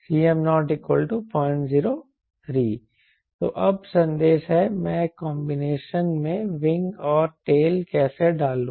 Cm0003 तो अब संदेश है मैं कांबिनेशन में विंग और टेल कैसे डालूं